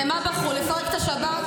למה בחרו, לפרק את השב"כ?